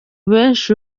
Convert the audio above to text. benshi